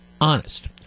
honest